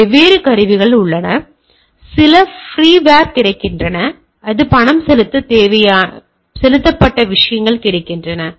எனவே வெவ்வேறு கருவிகள் உள்ளன சில ஃப்ரீவேர்கள் கிடைக்கின்றன சில பணம் செலுத்தப்பட்ட விஷயங்கள் கிடைக்கின்றன